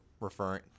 referring